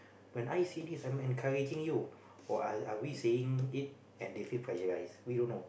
when I say this I am encouraging you or are are we saying it and they feel pressurize we don't know